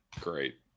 Great